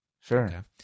Sure